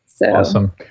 Awesome